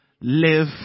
Live